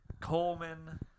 Coleman